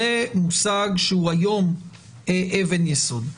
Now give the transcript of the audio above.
זה מושג שהוא היום אבן יסוד.